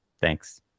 Thanks